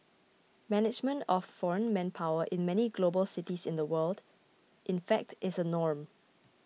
management of foreign manpower in many global cities of the world in fact is a norm